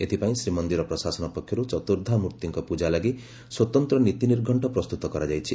ଏଥିପାଇଁ ଶ୍ରୀମନ୍ଦିର ପ୍ରଶାସନ ପକ୍ଷରୁ ଚତୁର୍କ୍ରା ମୂର୍ଭିଙ୍କ ପୂଜା ଲାଗି ସ୍ୱତନ୍ତ ନୀତି ନିର୍ଘକ୍କ ପ୍ରସ୍ଠୁତ କରାଯାଇଛି